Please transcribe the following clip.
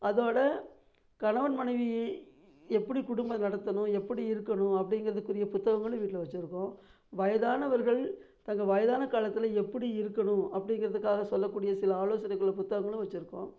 அதோடு கணவன் மனைவி எப்படி குடும்பம் நடத்தணும் எப்படி இருக்கணும் அப்படிங்கிறதுக்குரிய புத்தகங்களும் வீட்டில் வச்சுருக்கோம் வயதானவர்கள் தங்கள் வயதான காலத்தில் எப்படி இருக்கணும் அப்படிங்கிறதுக்காக சொல்லக்கூடிய சில ஆலோசனைகளை புத்தகங்களும் வச்சுருக்கோம்